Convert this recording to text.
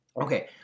Okay